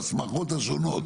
בהסמכות השונות.